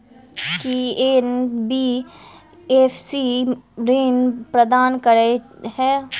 की NBFC ऋण प्रदान करे है?